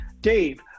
Dave